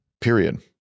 Period